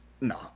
no